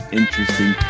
interesting